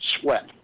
sweat